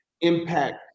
impact